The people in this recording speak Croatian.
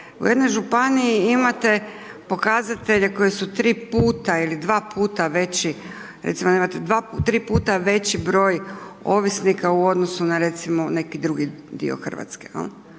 u jednoj županiji imate pokazatelje koji su 3 puta ili 2 puta veći, recimo imate 2, 3 puta veći broj ovisnika u odnosu na recimo neki drugi dio Hrvatske